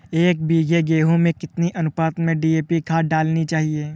एक बीघे गेहूँ में कितनी अनुपात में डी.ए.पी खाद डालनी चाहिए?